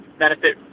benefit